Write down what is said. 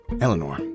Eleanor